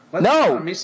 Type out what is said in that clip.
No